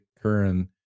Curran